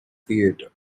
theatre